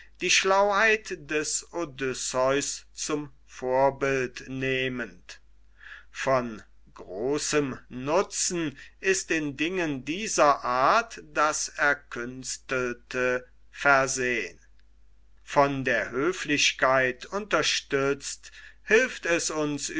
die schlauheit des odysseus zum vorbild nehmend von großem nutzen ist in dingen dieser art das erkünstelte versehn von der höflichkeit unterstützt hilft es uns